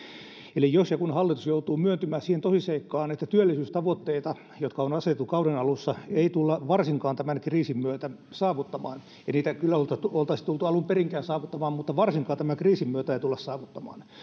eli jos ja kun hallitus joutuu myöntymään siihen tosiseikkaan että työllisyystavoitteita jotka on asetettu kauden alussa ei tulla varsinkaan tämän kriisin myötä saavuttamaan ei niitä kyllä oltaisi tultu alun perinkään saavuttamaan mutta varsinkaan tämän kriisin myötä ei tulla saavuttamaan